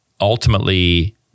Ultimately